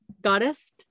Goddess